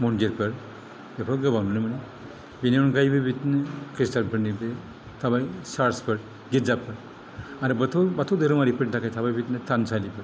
मन्दिरफोर बेफोरखौ गोबां नुनो मोनो बेनि अनगायैबो बिदिनो ख्रिस्टानफोरनि बे थाबाय सार्सफोर गिर्जाफोर आरो बाथौ बाथौ धोरोमारिफोरनि थाखाय बिदिनो थानसालिफोर